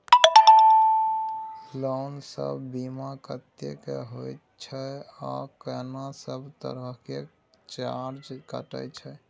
Loan संग बीमा कत्ते के होय छै आ केना सब तरह के चार्ज कटै छै?